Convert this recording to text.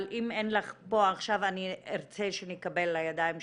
אבל אם אין לך פה עכשיו אני ארצה שנקבל לידיים שלנו.